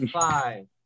five